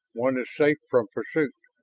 one is safe from pursuit.